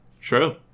True